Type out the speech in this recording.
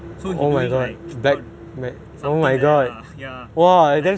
so he doing like how something like that lah